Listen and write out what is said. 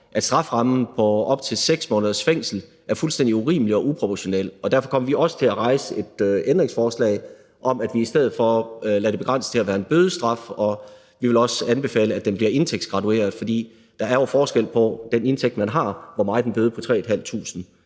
at strafferammen på op til 6 måneders fængsel er fuldstændig urimelig og uproportional, og derfor kommer vi også til at stille et ændringsforslag om, at vi i stedet for begrænser det til at være en bødestraf. Og vi vil også anbefale, at den bliver indtægtsgradueret, for der er jo forskel på, hvor meget en bøde på 3.500